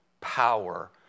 power